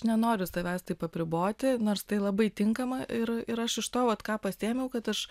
nenoriu tavęs taip apriboti nors tai labai tinkama ir ir aš už to vat ką pasiėmiau kad aš